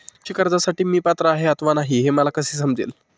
कृषी कर्जासाठी मी पात्र आहे अथवा नाही, हे मला कसे समजेल?